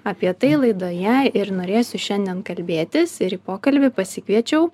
apie tai laidoje ir norėsiu šiandien kalbėtis ir į pokalbį pasikviečiau